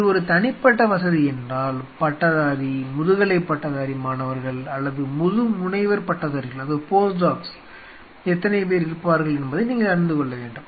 இது ஒரு தனிப்பட்ட வசதி என்றால் பட்டதாரி முதுகலை பட்டதாரி மாணவர்கள் அல்லது முது முனைவர் பட்டதாரிகள் எத்தனை பேர் இருப்பார்கள் என்பதை நீங்கள் அறிந்து கொள்ள வேண்டும்